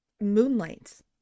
moonlights